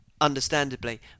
understandably